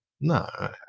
No